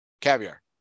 caviar